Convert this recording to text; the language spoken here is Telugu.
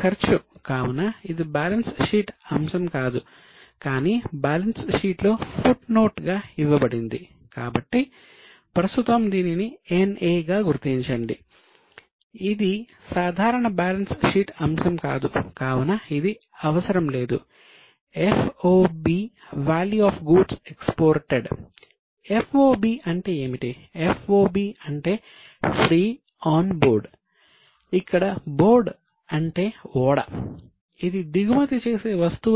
ఖర్చు కావున ఇది బ్యాలెన్స్ షీట్ అంశం కాదు కానీ బ్యాలెన్స్ షీట్ లో ఫుట్ నోట్ గా వస్తుంది